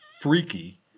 freaky